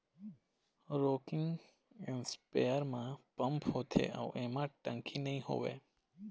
rocking sprayer म pump होथे अउ एमा टंकी नइ होवय